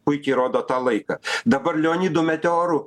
puikiai rodo tą laiką dabar leonidų meteorų